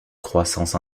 croissance